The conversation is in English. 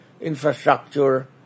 infrastructure